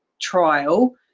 trial